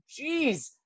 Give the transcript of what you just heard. Jeez